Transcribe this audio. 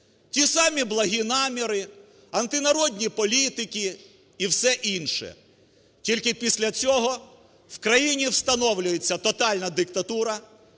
ті самі благі наміри, антинародні політики і все інше. Тільки після цього в країні встановлюється тотальна диктатура,